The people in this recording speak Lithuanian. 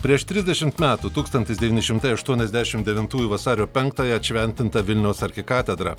prieš trisdešimt metų tūkstantis devyni šimtai aštuoniasdešimt devintųjų vasario penktąją atšventinta vilniaus arkikatedra